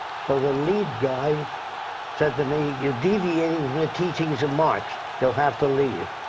so the lead guy said to me you're deviating from the teachings of marx. you'll have to leave.